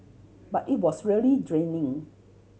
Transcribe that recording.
but it was really draining